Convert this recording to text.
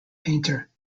painter